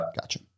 Gotcha